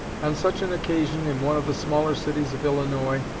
on such an occasion, in one of the smaller cities of illinois,